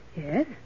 Yes